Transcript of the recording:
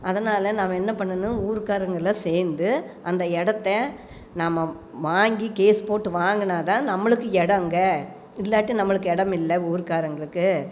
அதனால் நாங்கள் என்ன பண்ணிணோனால் ஊர்காரங்களாம் சேர்ந்து அந்த இடத்த நாம் வாங்கி கேஸ் போட்டு வாங்கினாதான் நம்மளுக்கு இடம் அங்கே இல்லாட்டி நம்மளுக்கு இடமில்ல ஊர்க்காரங்களுக்கு